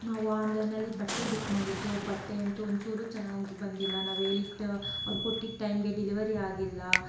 ನಾವು ಆನ್ಲೈನಲ್ಲಿ ಬಟ್ಟೆ ಬುಕ್ ಮಾಡಿದ್ದೋ ಬಟ್ಟೆ ಅಂತೂ ಒಂಚೂರು ಚೆನ್ನಾಗಿ ಬಂದಿಲ್ಲ ನಾವು ಹೇಳಿದ್ದ ಅವ್ರು ಕೊಟ್ಟಿದ್ದ ಟೈಮಿಗೆ ಡಿಲೆವರಿ ಆಗಿಲ್ಲ